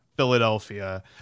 Philadelphia